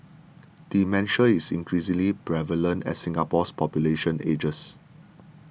dementia is increasingly prevalent as Singapore's population ages